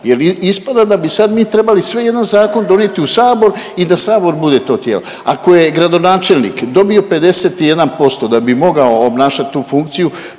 jer ispada da bi sad mi trebali sve jedan zakon donijeti u Sabor i da Sabor bude to tijelo. Ako je gradonačelnik dobio 51% da bi mogao obnašati tu funkciju,